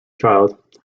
child